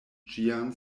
ĝian